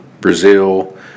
brazil